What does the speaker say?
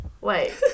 Wait